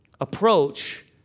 approach